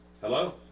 Hello